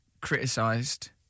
criticised